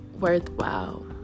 worthwhile